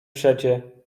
przecie